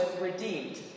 redeemed